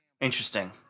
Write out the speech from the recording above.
Interesting